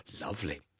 lovely